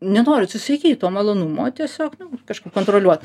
nenoriu atsisakyt to malonumo tiesiog nu kažkaip kontroliuot